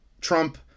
trump